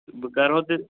بہٕ کَرٕہو تیٚلہِ